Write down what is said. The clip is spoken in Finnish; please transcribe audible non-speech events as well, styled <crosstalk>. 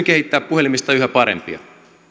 <unintelligible> kehittää puhelimista yhä parempia